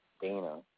Dana